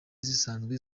zisanzwe